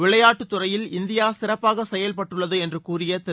விளையாட்டுத்துறையில் இந்தியா சிறப்பாக செயல்பட்டுள்ளது என்று கூறிய திரு